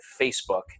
Facebook